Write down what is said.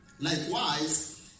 Likewise